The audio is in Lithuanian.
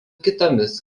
kitomis